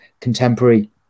contemporary